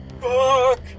Fuck